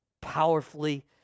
powerfully